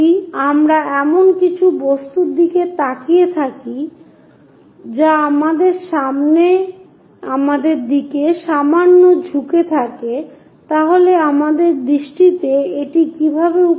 যদি আমরা এমন একটি বস্তুর দিকে তাকিয়ে থাকি যা আমাদের দিকে সামান্য ঝুঁকে থাকে তাহলে আমাদের দৃষ্টিতে এটি কীভাবে উপলব্ধি হবে